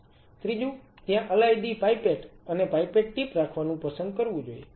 ત્રીજું ત્યાં અલાયદી પાઇપેટ અને પાઇપેટ ટીપ રાખવાનું પસંદ કરવું જોઈએ